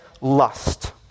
lust